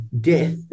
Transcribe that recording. death